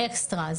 אקסטרא.